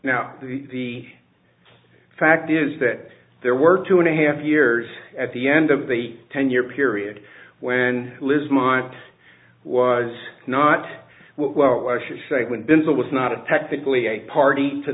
now the fact is that there were two and a half years at the end of the ten year period when liz mind was not what well i should say when visit was not technically a party to